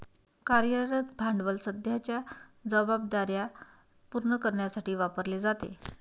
कार्यरत भांडवल सध्याच्या जबाबदार्या पूर्ण करण्यासाठी वापरले जाते